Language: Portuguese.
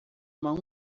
mão